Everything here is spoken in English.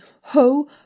ho